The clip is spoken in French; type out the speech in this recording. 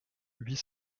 huit